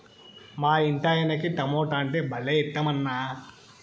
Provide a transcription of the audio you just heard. మా ఇంటాయనకి టమోటా అంటే భలే ఇట్టమన్నా